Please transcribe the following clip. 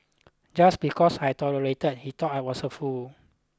just because I tolerated he thought I was a fool